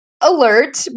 alert